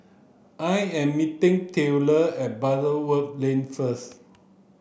I am meeting Taylor at Butterworth Lane first